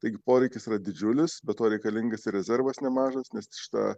taigi poreikis yra didžiulis be to reikalingas ir rezervas nemažas nes šita